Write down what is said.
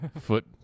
foot